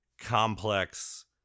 complex